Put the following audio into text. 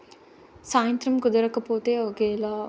సాయంత్రం కుదరకపోతే ఒకేలా